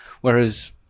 Whereas